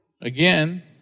Again